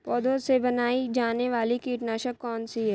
पौधों से बनाई जाने वाली कीटनाशक कौन सी है?